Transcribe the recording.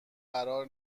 قرار